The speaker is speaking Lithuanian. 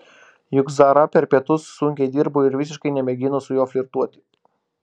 juk zara per pietus sunkiai dirbo ir visiškai nemėgino su juo flirtuoti